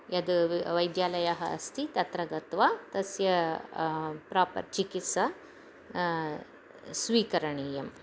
यद् वैद्यालयः अस्ति तत्र गत्वा तस्य प्रापर् चिकित्सा स्वीकरणीयम्